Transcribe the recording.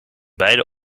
beide